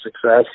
success